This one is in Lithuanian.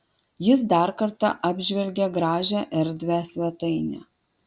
jis dar kartą apžvelgė gražią erdvią svetainę